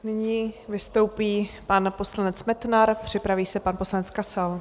Nyní vystoupí pan poslanec Metnar, připraví se pan poslanec Kasal.